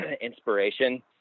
inspiration